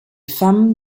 femmes